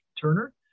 Turner